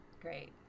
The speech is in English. Great